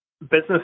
business